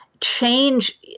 change